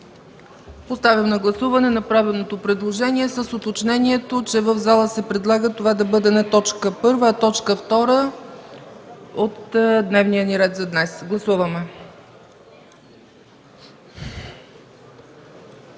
Поставям на гласуване направеното предложение с уточнението, че в залата се предлага това да бъде не точка първа, а точка втора от дневния ни ред за днес. Гласуваме.